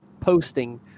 posting